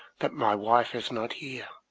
that my wife is not here.